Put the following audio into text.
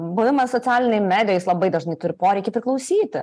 buvimas socialinėj medijoj jis labai dažnai turi poreikį priklausyti